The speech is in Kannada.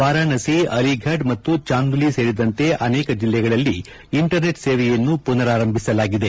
ವಾರಾಣಾಸಿ ಅಲಿಫಡ್ ಮತ್ತು ಚಾಂದುಲಿ ಸೇರಿದಂತೆ ಅನೇಕ ಜಿಲ್ಲೆಗಳಲ್ಲಿ ಇಂಟರ್ ನೆಟ್ ಸೇವೆಯನ್ನು ಪುನರಾರಂಭಿಸಲಾಗಿದೆ